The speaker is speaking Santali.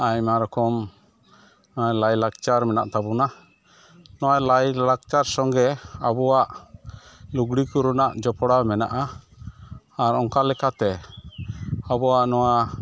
ᱟᱭᱢᱟ ᱨᱚᱠᱚᱢ ᱚᱱᱟ ᱞᱟᱭᱞᱟᱠᱪᱟᱨ ᱢᱮᱱᱟᱜ ᱛᱟᱵᱚᱱᱟ ᱚᱱᱟ ᱞᱟᱭᱞᱟᱠᱪᱟᱨ ᱥᱚᱸᱜᱮ ᱟᱵᱚᱣᱟᱜ ᱞᱩᱜᱽᱲᱤ ᱠᱚᱨᱮᱱᱟᱜ ᱡᱚᱯᱲᱟᱣ ᱢᱮᱱᱟᱜᱼᱟ ᱟᱨ ᱚᱱᱠᱟ ᱞᱮᱠᱟᱛᱮ ᱟᱵᱚᱣᱟᱜ ᱱᱚᱣᱟ